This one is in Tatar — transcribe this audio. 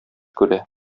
күрә